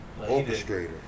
Orchestrator